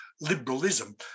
Liberalism